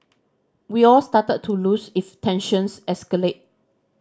we all started to lose if tensions escalate